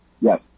Yes